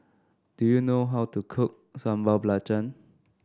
do you know how to cook Sambal Belacan